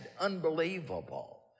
Unbelievable